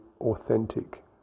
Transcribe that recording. authentic